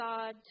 God